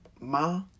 ma